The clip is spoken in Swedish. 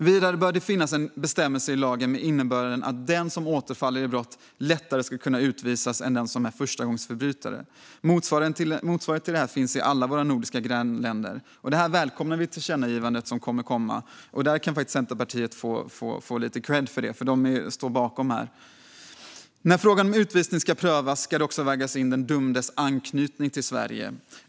Vidare bör det finnas en bestämmelse i lagen med innebörden att den som återfaller i brott lättare ska kunna utvisas än den som är förstagångsförbrytare. Motsvarighet till det finns i alla våra nordiska grannländer. Tillkännagivandet som föreslås om det välkomnar vi. Det kan Centerpartiet faktiskt få lite kredd för. De står nämligen bakom det. När frågan om utvisning ska prövas ska också den dömdes anknytning till Sverige vägas in.